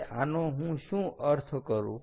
હવે આનો હું શું અર્થ શું કરું